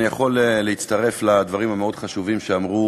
אני יכול להצטרף לדברים המאוד-חשובים שאמרו